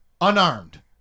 Unarmed